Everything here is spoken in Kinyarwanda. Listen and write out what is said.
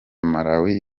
malawi